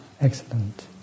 excellent